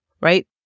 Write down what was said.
right